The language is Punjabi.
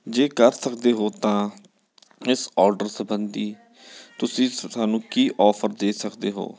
ਜੇ ਕਰ ਸਕਦੇ ਹੋ ਤਾਂ ਇਸ ਔਡਰ ਸਬੰਧੀ ਤੁਸੀਂ ਸਾਨੂੰ ਕੀ ਔਫਰ ਦੇ ਸਕਦੇ ਹੋ